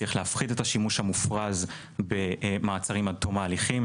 צריך להפחית את השימוש המופרז במעצרים עד תום ההליכים,